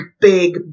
big